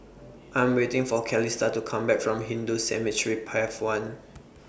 I Am waiting For Calista to Come Back from Hindu Cemetery Path one